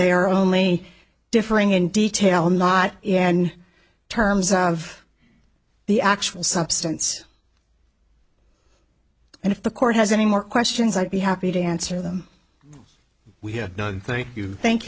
they are only differing in detail not in terms of the actual substance and if the court has any more questions i'd be happy to answer them we thank you thank you